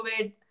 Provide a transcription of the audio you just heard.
COVID